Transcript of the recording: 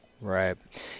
Right